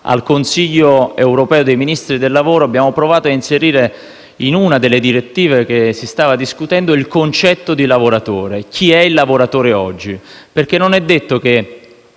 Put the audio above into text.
al Consiglio europeo dei Ministri del lavoro abbiamo provato a inserire in una delle direttive che si stava discutendo il concetto di lavoratore, ossia chi è il lavoratore oggi. Infatti, non è detto che